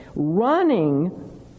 Running